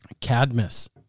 Cadmus